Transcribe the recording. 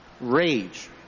rage